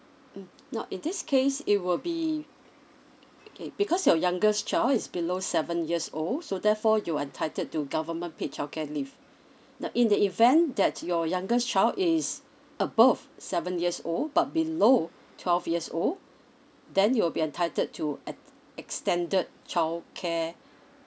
mm now in this case it will be K because your youngest child is below seven years old so therefore you're entitled to government paid childcare leave now in the event that your youngest child is above seven years old but below twelve years old then you will be entitled to et~ extended childcare